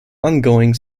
ongoing